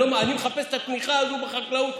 אני מחפש את התמיכה הזאת בחקלאות,